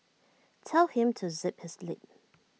tell him to zip his lip